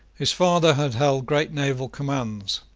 his father had held great naval commands,